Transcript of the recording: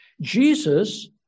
Jesus